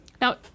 Now